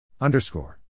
Underscore